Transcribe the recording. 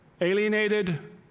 alienated